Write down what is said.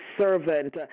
servant